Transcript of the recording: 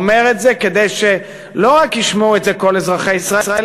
אומר את זה כדי שלא רק ישמעו את זה כל אזרחי ישראל,